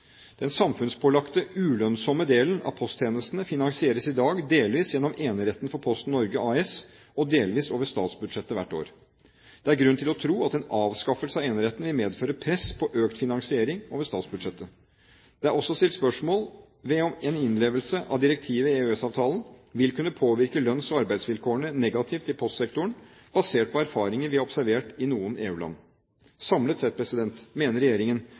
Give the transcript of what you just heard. Den samfunnspålagte, ulønnsomme delen av posttjenestene finansieres i dag delvis gjennom eneretten for Posten Norge AS og delvis over statsbudsjettet hvert år. Det er grunn til å tro at en avskaffelse av eneretten vil medføre press på økt finansiering over statsbudsjettet. Det er også stilt spørsmål ved om en innlemmelse av direktivet i EØS-avtalen vil kunne påvirke lønns- og arbeidsvilkårene negativt i postsektoren, basert på erfaringer vi har observert i noen EU-land. Samlet sett mener regjeringen